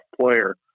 player